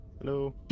Hello